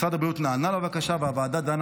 משרד הבריאות נענה לבקשה והוועדה דנה